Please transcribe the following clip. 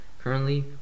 Currently